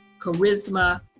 Charisma